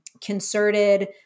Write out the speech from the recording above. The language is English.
concerted